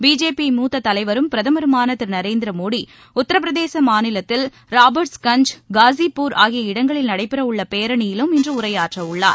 BJP மூத்த தலைவரும் பிரதமருமான திரு நரேந்திர மோடி உத்தரபிரதேச மாநிலத்தில் ராபாட்ஸ் கஞ்ச் காஸிபூர் ஆகிய இடங்களில் நடைபெறவுள்ள பேரணியிலும் இன்று உரையாற்றவுள்ளார்